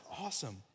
awesome